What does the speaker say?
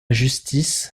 justice